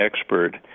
expert